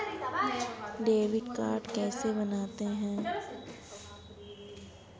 Debit card कैसे बनता है?